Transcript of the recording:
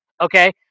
okay